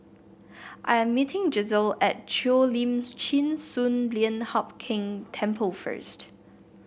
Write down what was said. I am meeting Gisselle at Cheo Lim Chin Sun Lian Hup Keng Temple first